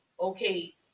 okay